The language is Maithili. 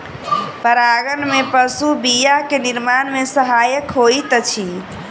परागन में पशु बीया के निर्माण में सहायक होइत अछि